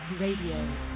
Radio